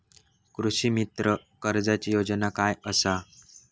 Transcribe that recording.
कृषीमित्र कर्जाची योजना काय असा?